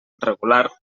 regular